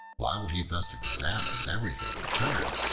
while he thus examined everything in turn,